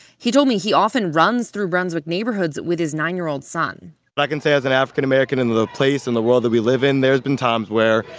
he told me he often runs through brunswick neighborhoods with his nine year old son but i can say as an african american in the place, in the world that we live in, there has been times where,